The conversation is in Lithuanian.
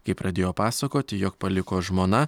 kai pradėjo pasakoti jog paliko žmona